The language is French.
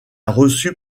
reçu